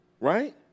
right